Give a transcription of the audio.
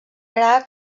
gra